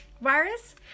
virus